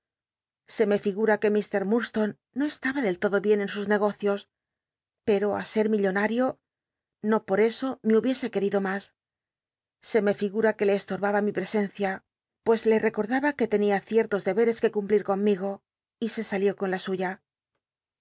se me ligma que iiurdstone no estaha del todo bien en sus negocios pero i ser millonario no por e o me hubiese querido más se me figura que le estorbaba mi presencia pues le i'c cordaba que trnia ciertos deberes que cumplir conmigo y e salió con la suya